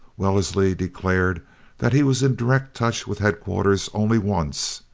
wellesley declares that he was in direct touch with headquarters only once,